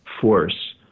force